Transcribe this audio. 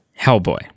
Hellboy